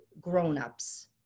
grownups